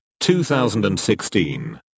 2016